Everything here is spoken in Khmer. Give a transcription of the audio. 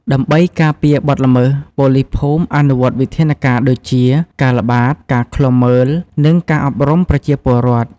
ដើម្បីការពារបទល្មើស ប៉ូលីសភូមិអនុវត្តវិធានការដូចជា ការល្បាត ការឃ្លាំមើល និងការអប់រំប្រជាពលរដ្ឋ។